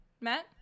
Matt